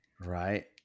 Right